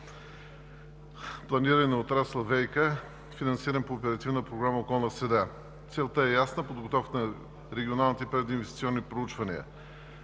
планиране на отрасъла ВиК“, финансиран по Оперативна програма „Околна среда“. Целта е ясна – подготовката на регионалните прединвестиционни проучвания.